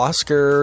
Oscar